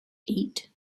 eight